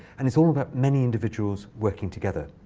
and it's all about many individuals working together.